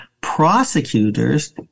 prosecutors